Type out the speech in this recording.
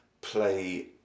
play